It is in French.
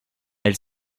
elle